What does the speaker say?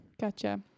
Gotcha